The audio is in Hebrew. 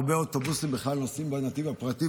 הרבה אוטובוסים בכלל נוסעים בנתיב הפרטי,